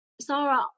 Sarah